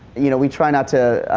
you know, we try not to